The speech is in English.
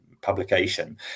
Publication